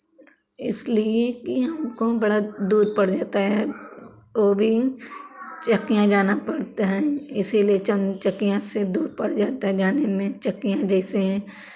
इसलिए कि हमको बड़ा दूर पड़ जाता है वो भी चकियां जाना पड़ता है इसीलिए चन चकियां से दूर पड़ जाता है जाने में चकियां जैसे है